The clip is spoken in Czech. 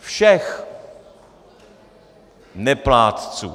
Všech neplátců.